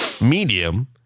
medium